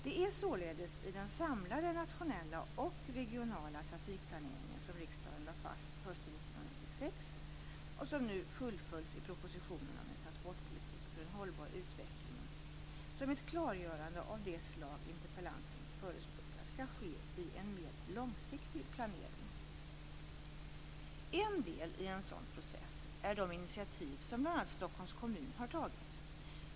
Det är således i den samlade nationella och regionala trafikplaneringen som riksdagen lade fast hösten 1996 som ett klargörande av det slag interpellanten förespråkar skall ske i en mer långsiktig planering. En del i en sådan process är de initiativ som bl.a. Stockholms kommun har tagit.